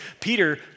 Peter